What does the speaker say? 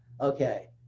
Okay